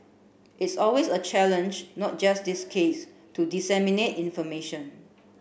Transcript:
it's always a challenge not just this case to disseminate information